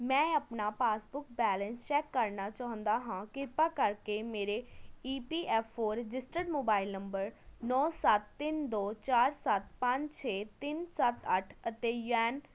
ਮੈਂ ਆਪਣਾ passbook balance check ਕਰਨਾ ਚਾਹੁੰਦਾ ਹਾਂ ਕਿਰਪਾ ਕਰਕੇ ਮੇਰੇ E P F O registered mobile number ਨੌ ਸੱਤ ਤਿੰਨ ਦੋ ਚਾਰ ਸੱਤ ਪੰਜ ਛੇ ਤਿੰਨ ਸੱਤ ਅੱਠ ਅਤੇ ਯੈਨ